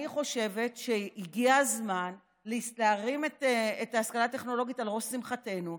אני חושבת שהגיע הזמן להרים את ההשכלה הטכנולוגית על ראש שמחתנו.